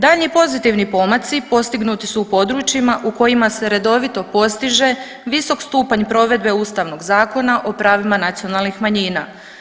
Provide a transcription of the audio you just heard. Daljnji pozitivni pomaci postignuti su u područjima u kojima se redovito postiže visok stupanj provedbe Ustavnog zakona o pravima nacionalnih manjina.